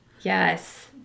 Yes